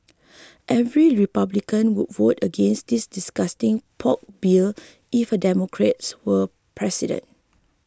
every Republican would vote against this disgusting pork bill if a Democrat were president